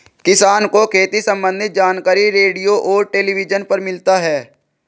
किसान को खेती सम्बन्धी जानकारी रेडियो और टेलीविज़न पर मिलता है